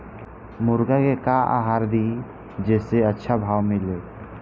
मुर्गा के का आहार दी जे से अच्छा भाव मिले?